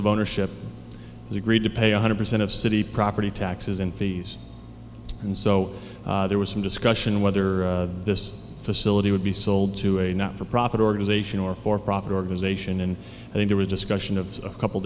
of ownership he agreed to pay one hundred percent of city property taxes in fees and so there was some discussion whether this facility would be sold to a not for profit organization or for profit organization and i mean there was discussion of a couple